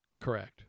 Correct